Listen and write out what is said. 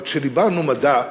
אבל כשדיברנו מדע,